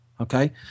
okay